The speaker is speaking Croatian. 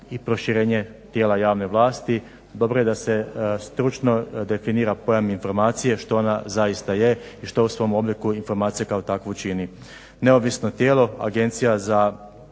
i proširenje tijela javne vlasti. Dobro je da se stručno definira pojam informacije, što ona zaista je i što u svom obliku informacija kao takvu čini.